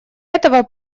этого